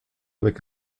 avec